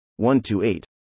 128